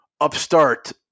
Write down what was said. upstart